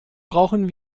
brauchen